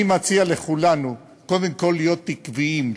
אני מציע לכולנו קודם כול להיות עקביים,